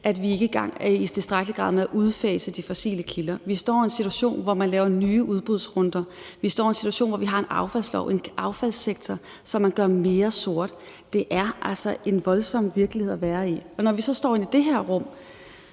grad er i gang med at udfase de fossile kilder. Vi står i en situation, hvor man laver nye udbudsrunder; vi står i en situation, hvor vi har en affaldssektor, som man gør mere sort. Det er altså en voldsom virkelighed at være i. Og når vi så står inde i den her sal,